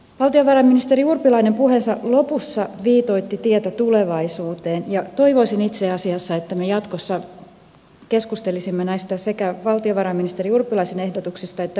valtiovarainministeri urpilainen puheensa lopussa viitoitti tietä tulevaisuuteen ja toivoisin itse asiassa että me jatkossa keskustelisimme sekä näistä valtiovarainministeri urpilaisen ehdotuksista että muistakin